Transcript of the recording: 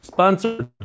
Sponsored